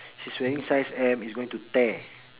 she's wearing size M it's going to tear